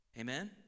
Amen